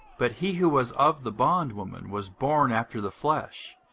but he who was of the bondwoman was born after the flesh